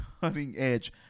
Cutting-edge